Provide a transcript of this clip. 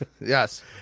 Yes